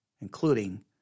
including –